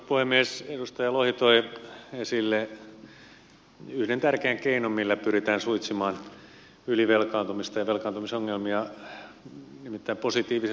edustaja lohi toi esille yhden tärkeän keinon millä pyritään suitsimaan ylivelkaantumista ja velkaantumisongelmia nimittäin positiivisen luottorekisterin